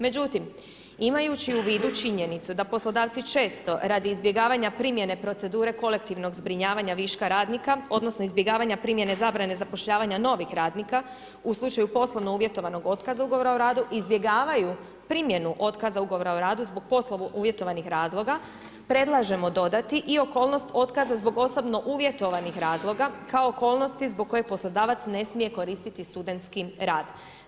Međutim imajući u vidu činjenicu da poslodavci često, radi izbjegavanja primjene procedure kolektivnog zbrinjavanja viška radnika, odnosno izbjegavanja primjene zabrane zapošljavanja novih radnika u slučaju poslovno uvjetovanog otkaza ugovora o radu, izbjegavaju primjenu otkaza ugovora o radu zbog poslovno uvjetovanih razloga, predlažemo dodati i okolnost otkaza zbog osobno uvjetovanih razloga kao okolnosti zbog kojeg poslodavac ne smije koristiti studentski rad.